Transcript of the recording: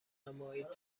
نمایید